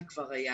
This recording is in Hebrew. הוא שאל אותי